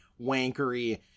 wankery